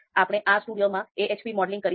આપણે R studio માં AHP modelling કરીશું